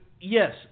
Yes